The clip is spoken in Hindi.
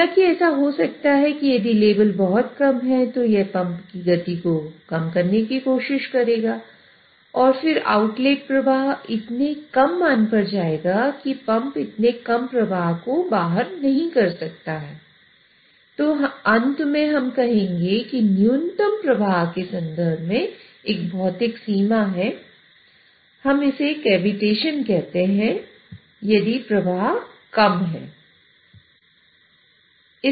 हालाँकि ऐसा हो सकता है कि यदि लेवल बहुत कम है तो यह पंप की गति को कम करने की कोशिश करेगा और फिर आउटलेट प्रवाह भी कहते हैं यदि प्रवाह कम है